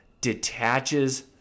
detaches